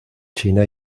china